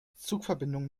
zugverbindungen